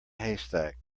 haystack